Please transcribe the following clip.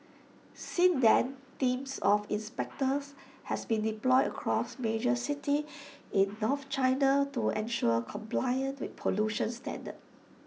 since then teams of inspectors have been deployed across major cities in north China to ensure compliance with pollution standards